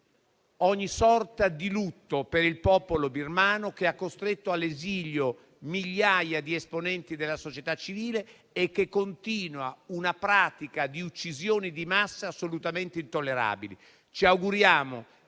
ogni sorta di lutto per il popolo birmano, costretto all'esilio migliaia di esponenti della società civile e che continua a praticare uccisioni di massa assolutamente intollerabili. Ci auguriamo